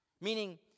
Meaning